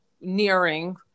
nearing